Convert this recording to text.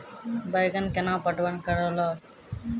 बैंगन केना पटवन करऽ लो?